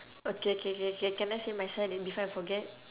okay okay K K can I say myself in before I forget